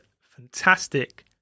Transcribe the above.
fantastic